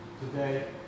today